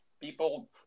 People